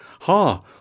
Ha